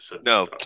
No